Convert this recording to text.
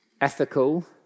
ethical